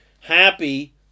happy